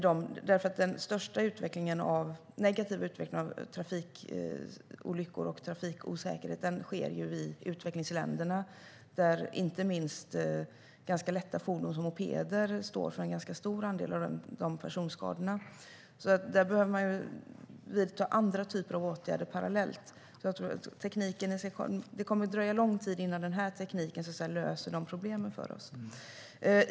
Den största negativa utvecklingen i fråga om trafikolyckor och trafikosäkerhet sker ju i utvecklingsländerna, där inte minst ganska lätta fordon, som mopeder, är inblandade i en ganska stor andel av olyckorna med personskador. Där behöver man vidta andra typer av åtgärder parallellt. Det kommer att dröja lång tid innan den här tekniken löser de problemen för oss.